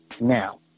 Now